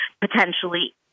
potentially